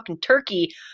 turkey